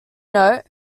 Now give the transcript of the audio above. note